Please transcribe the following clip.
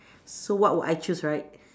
so what will I choose right